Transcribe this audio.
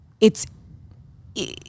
it's-